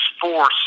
force